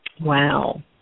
Wow